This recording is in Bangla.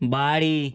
বাড়ি